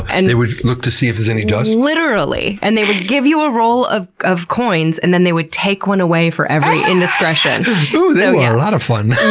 and they would look to see if there's any dust? literally, and they would give you a roll of of coins and then they would take one away for every indiscretion. ooh, they were yeah a lot of fun.